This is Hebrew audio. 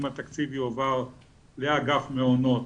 אם התקציב יועבר לאגף מעונות